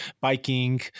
biking